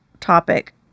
topic